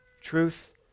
Truth